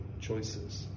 choices